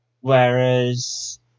whereas